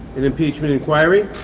an impeachment inquiry.